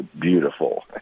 beautiful